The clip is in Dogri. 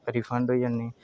रिफंड होई जानी